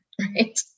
right